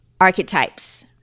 archetypes